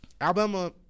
Alabama